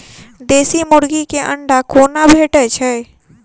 देसी मुर्गी केँ अंडा कोना भेटय छै?